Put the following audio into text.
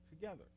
together